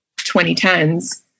2010s